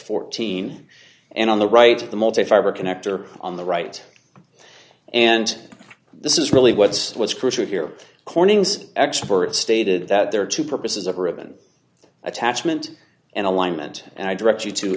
fourteen and on the right the multi fiber connector on the right and this is really what's what's crucial here corning's expert stated that there are two purposes of ribbon attachment and alignment and i direct you to